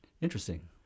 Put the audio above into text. Interesting